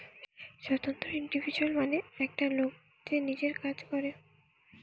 স্বতন্ত্র ইন্ডিভিজুয়াল মানে একটা লোক যে নিজের কাজ করে